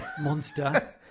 monster